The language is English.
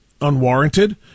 unwarranted